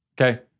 okay